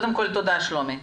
שלומי.